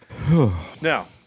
Now